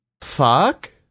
Fuck